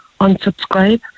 unsubscribe